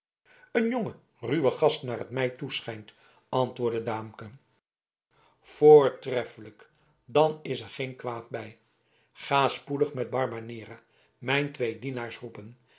een jonge ruwe gast naar mij toeschijnt antwoordde daamke voortreffelijk dan is er geen kwaad bij ga spoedig met barbanera mijn twee dienaars roepen